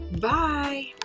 Bye